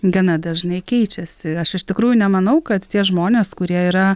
gana dažnai keičiasi aš iš tikrųjų nemanau kad tie žmonės kurie yra